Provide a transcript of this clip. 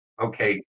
okay